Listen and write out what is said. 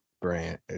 brand